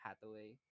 Hathaway